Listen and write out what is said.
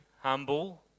humble